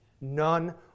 None